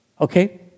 Okay